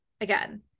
again